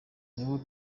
niwe